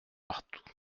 partout